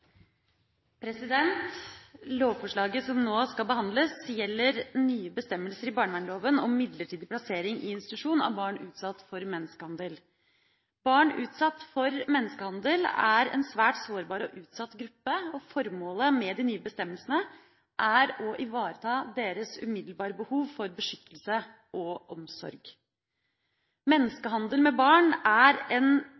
Lovforslaget som nå skal behandles, gjelder nye bestemmelser i barnevernloven om midlertidig plassering i institusjon av barn utsatt for menneskehandel. Barn utsatt for menneskehandel er en svært sårbar og utsatt gruppe, og formålet med de nye bestemmelsene er å ivareta deres umiddelbare behov for beskyttelse og omsorg.